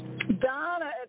Donna